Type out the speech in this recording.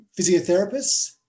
physiotherapists